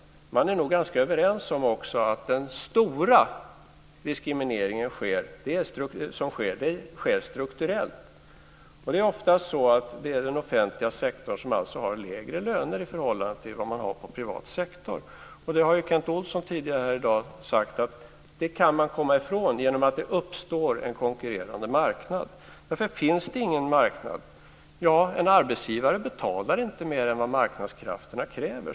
Man är överens om att den stora diskrimineringen sker strukturellt. Det är ofta den offentliga sektorn som har lägre löner i förhållande till den privata sektorn. Kent Olsson har tidigare i dag sagt att det går att komma ifrån det genom att det uppstår en konkurrerande marknad. Varför finns det ingen marknad? En arbetsgivare betalar inte mer än vad marknadskrafterna kräver.